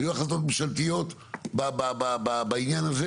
היו החלטות ממשלתיות בעניין הזה.